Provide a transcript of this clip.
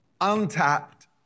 untapped